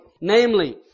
Namely